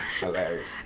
Hilarious